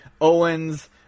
Owens